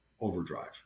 overdrive